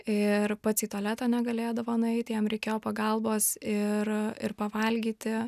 ir pats į tualetą negalėdavo nueit jam reikėjo pagalbos ir ir pavalgyti